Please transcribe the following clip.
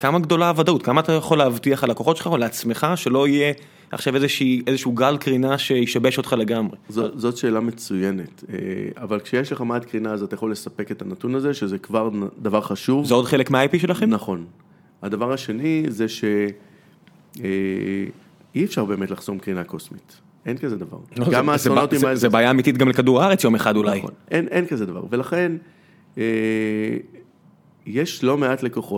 כמה גדולה הוודאות, כמה אתה יכול להבטיח על הכוחות שלך או לעצמך, שלא יהיה עכשיו איזשהו גל קרינה שישבש אותך לגמרי. זאת שאלה מצוינת. אבל כשיש לך מעט קרינה, אז אתה יכול לספק את הנתון הזה, שזה כבר דבר חשוב. זה עוד חלק מה-IP שלכם? נכון. הדבר השני זה שאי אפשר באמת לחסום קרינה קוסמית. אין כזה דבר. גם הסונאוטימה... זה בעיה אמיתית גם לכדור הארץ יום אחד אולי. נכון. אין כזה דבר. ולכן יש לא מעט לקוחות.